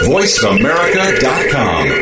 VoiceAmerica.com